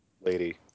lady